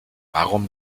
warum